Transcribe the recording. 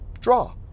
draw